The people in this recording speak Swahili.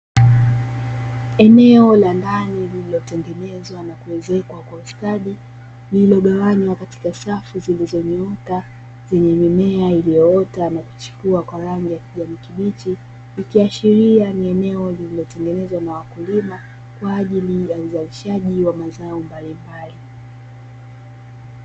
Eneo la ndani lililotengenezwa na kuezekwa kwa ustadi, lililogawanywa katika safu zilizonyooka zenye mimea iliyoota na kuchipua kwa rangi ya kijani kibichi, ikiashilia ni eneo lilitongeneza na wakulima kwa ajili ya uzalishaji wa mazao mbalimbali.